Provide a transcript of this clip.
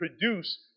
produce